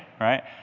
right